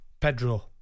Pedro